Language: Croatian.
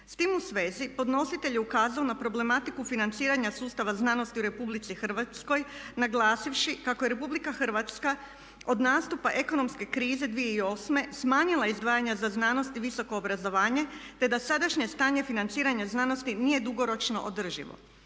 S tim u svezi podnositelj je ukazao na problematiku financiranja sustava znanosti u Republici Hrvatskoj naglasivši kako je Republika Hrvatska od nastupa ekonomske krize 2008. smanjila izdvajanja za znanost i visoko obrazovanje, te da sadašnje stanje financiranje znanosti nije dugoročno održivo.